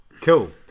Cool